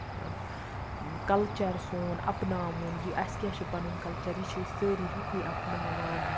culture سون اَپناوُن یہِ اَسہِ کیاہ چھُ پَنُن کَلچر یہِ چھِ أسۍ سٲری ہِیو اَپناوان